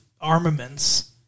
armaments